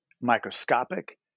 microscopic